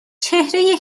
چهره